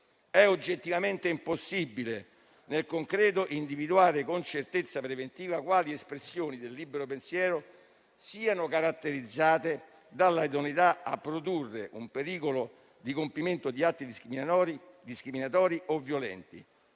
È oggettivamente impossibile, nel concreto, individuare con certezza preventiva quali espressioni del libero pensiero siano caratterizzate dalla idoneità a produrre un pericolo di compimento di atti discriminatori o violenti,